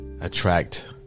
attract